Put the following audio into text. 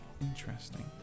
interesting